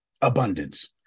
abundance